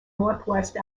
northwest